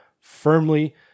firmly